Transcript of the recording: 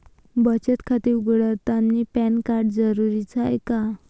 बचत खाते उघडतानी पॅन कार्ड जरुरीच हाय का?